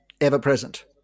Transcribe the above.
ever-present